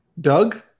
Doug